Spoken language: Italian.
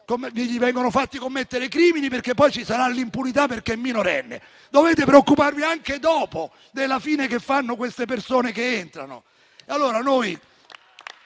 vengono fatti commettere crimini, perché poi ci sarà l'impunità, in quanto minorenne. Dovete preoccuparvi anche dopo della fine che fanno le persone che entrano.